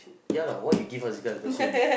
ya lah why you give us this kind of question